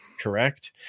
Correct